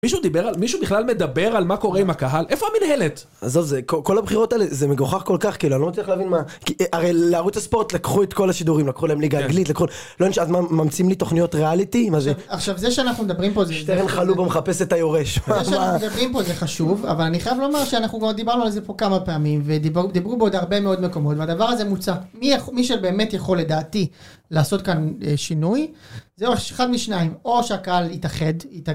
מישהו דיבר על... מישהו בכלל מדבר על מה קורה עם הקהל, איפה המנהלת? עזוב, כל הבחירות האלה זה מגוחך כל כך, כאילו אני לא מצליח להבין מה, כי הרי לערוץ הספורט לקחו את כל השידורים, לקחו להם ליגה אנגלית, לא נשאר, אז מה, ממצאים לי תוכניות ריאליטי? עכשיו זה שאנחנו מדברים פה זה חשוב אבל אני חייב לומר שאנחנו כבר דיברנו על זה פה כמה פעמים, ודיברו בעוד הרבה מאוד מקומות, והדבר הזה מוצע, מי שבאמת יכול לדעתי לעשות כאן שינוי, זהו אחד משניים, או שהקהל יתאחד,